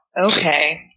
Okay